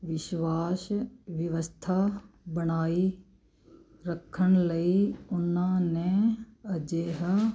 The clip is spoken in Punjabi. ਵਿਸ਼ਵਾਸ ਵਿਵਸਥਾ ਬਣਾਈ ਰੱਖਣ ਲਈ ਉਹਨਾਂ ਨੇ ਅਜਿਹਾ